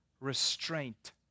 restraint